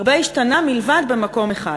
הרבה השתנה מלבד במקום אחד: